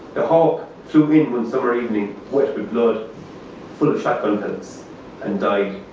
the hawk flew in one summer evening wet with blood full of shotgun pellets and died.